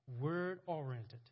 word-oriented